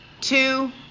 two